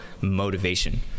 motivation